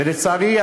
ולצערי,